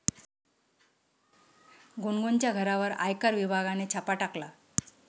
गुनगुनच्या घरावर आयकर विभागाने छापा टाकला